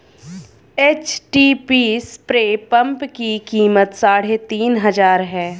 HTP spray pump की कीमत साढ़े तीन हजार है